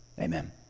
Amen